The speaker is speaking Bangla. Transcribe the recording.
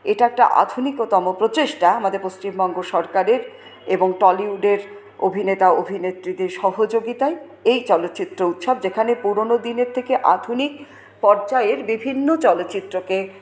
এটা একটা আধুনিকতম প্রচেষ্টা আমাদের পশ্চিমবঙ্গ সরকারের এবং টলিউডের অভিনেতা অভিনেত্রীদের সহযোগিতায় এই চলচ্চিত্র উৎসব যেখানে পুরোনো দিনের থেকে আধুনিক পর্যায়ের বিভিন্ন চলচ্চিত্রকে